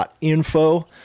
.info